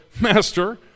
Master